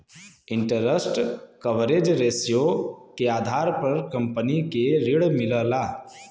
interest coverage ratio के आधार पर कंपनी के ऋण मिलला